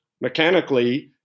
mechanically